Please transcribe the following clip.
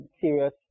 serious